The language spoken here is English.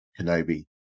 kenobi